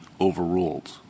overruled